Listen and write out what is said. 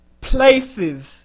places